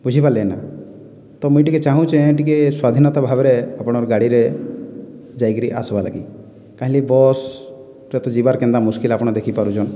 ବୁଝିପାରିଲେ ନା ତ ମୁଇଁ ଟିକେ ଚାହୁଁଚେଁ ଟିକେ ସ୍ଵାଧୀନତା ଭାବରେ ଆପଣଙ୍କର ଗାଡ଼ିରେ ଯାଇକିରି ଆସ୍ବା ଲାଗି କାହିର୍ଲାଗି ବସ୍ରେ ତ ଯିବାର ତ କେନ୍ତା ମୁଷ୍କିଲ ଆପଣ ଦେଖିପାରୁଚନ୍